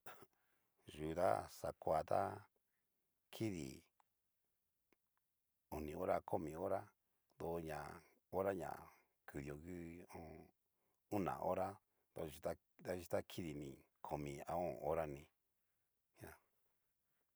yu ta xakoa tá, kidi oni hora, a komi hora, doña hora ña kudio ngu. ho o on. ona hora davachi davaxhixi ta kidini koni a o'on hora ní.